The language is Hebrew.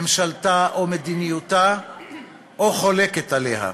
ממשלתה או מדיניותה או חולקת עליה.